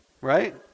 right